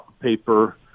paper